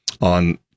on